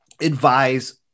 advise